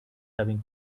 having